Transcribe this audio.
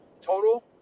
total